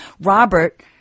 Robert